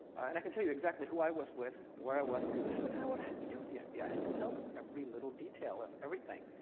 and i can tell you exactly who i was with, where i was, because this is kind of what i had to do with the fbi. i had to tell them every little detail of everything.